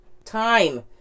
time